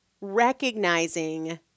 recognizing